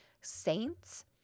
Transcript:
saints